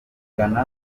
gana